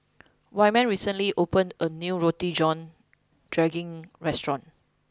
Wyman recently opened a new Roti John Daging restaurant